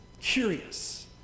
curious